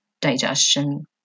digestion